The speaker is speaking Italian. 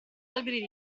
alberi